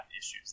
issues